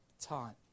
time